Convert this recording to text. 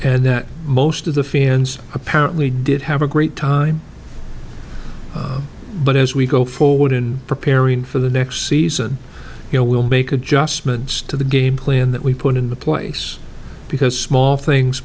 and that most of the fans apparently did have a great time but as we go forward in preparing for the next season you know we'll make adjustments to the game plan that we put into place because small things